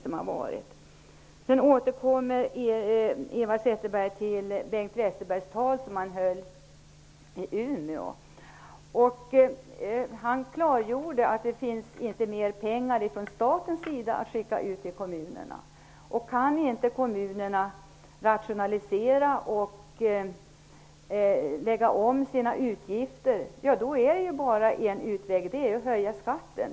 Eva Zetterberg återkom till Bengt Westerbergs tal i Umeå. Han klargjorde att det inte finns mer pengar att från statens sida skicka ut till kommunerna. Kan inte kommunerna rationalisera och lägga om sina utgifter, då finns det bara en utväg: att höja skatten.